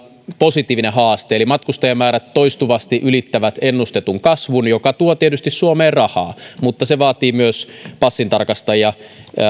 positiivinen haaste eli matkustajamäärät toistuvasti ylittävät ennustetun kasvun mikä tuo tietysti suomeen rahaa mutta se vaatii myös passintarkastajia